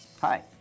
Hi